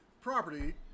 property